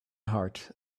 heart